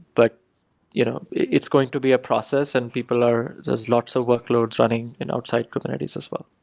but you know it's going to be a process and people are there's lots of workloads running and outside kubernetes as well.